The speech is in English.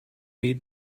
mean